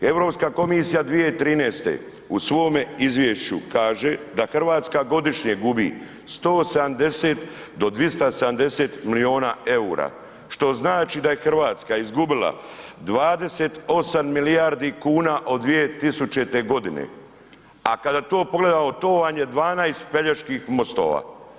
Europska komisija 2013. u svome izvješću kaže da Hrvatska godišnje gubi 170 do 270 milijuna eura, što znači da je Hrvatska izgubila 28 milijardi kuna od 2000. godine, a kada to pogledamo to vam je 12 Peljeških mostova.